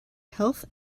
health